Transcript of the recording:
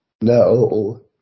No